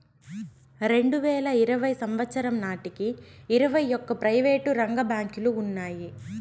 రెండువేల ఇరవై సంవచ్చరం నాటికి ఇరవై ఒక్క ప్రైవేటు రంగ బ్యాంకులు ఉన్నాయి